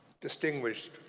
distinguished